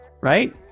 right